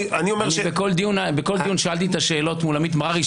בכל דיון שאלתי את השאלות מול עמית מררי,